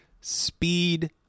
speed